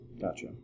Gotcha